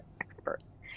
experts